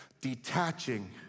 detaching